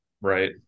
Right